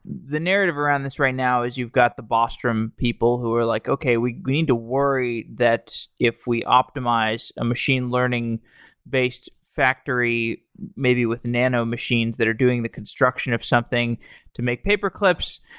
the narrative around this right now is you've got the bostrom people who are like, okay, we we need to worry that if we optimize a machine learning based factory, maybe, with nano machines that are doing the construction of something to make paperclips,